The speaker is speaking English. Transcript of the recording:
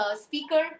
speaker